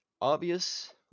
Obvious